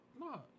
No